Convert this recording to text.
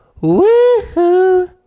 Woo-hoo